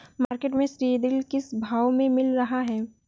Market में सीद्रिल किस भाव में मिल रहा है?